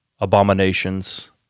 abominations